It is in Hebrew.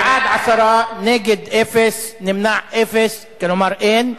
בעד, 10, נגד, אפס, נמנעים, אפס, כלומר אין.